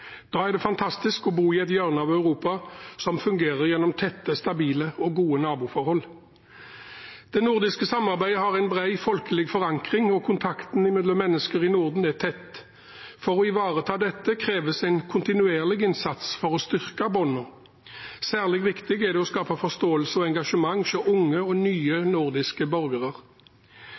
Da er det fantastisk å bo i et hjørne av Europa som fungerer gjennom tette, stabile og gode naboforhold. Det nordiske samarbeidet har en bred folkelig forankring, og kontakten mellom mennesker i Norden er tett. For å ivareta dette kreves en kontinuerlig innsats for å styrke båndene. Særlig viktig er det å skape forståelse og engasjement hos unge og nye nordiske borgere.